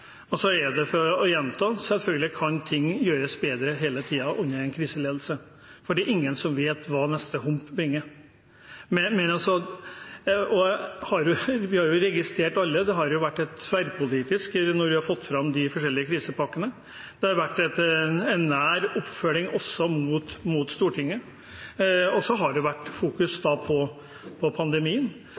Og så er det å gjenta: Selvfølgelig kan ting gjøres bedre hele tiden under en kriseledelse, for det er ingen som vet hva neste hump bringer. Vi har alle registrert – det har jo vært tverrpolitisk når vi har fått fram de forskjellige krisepakkene – at det har vært en nær oppfølging også mot Stortinget, og så har det vært fokus på pandemien.